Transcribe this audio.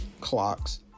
clocks